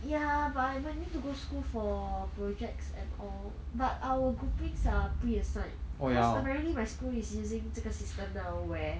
ya but I might need to go school for projects and all but our groupings are preassigned cause apparently my school is using 这个 system now where